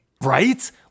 Right